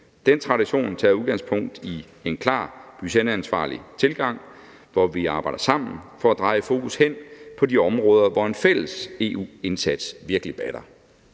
Den tradition tager udgangspunkt i en klar budgetansvarlig tilgang, hvor vi arbejder sammen for at dreje fokus hen på de områder, hvor en fælles EU-indsats virkelig batter.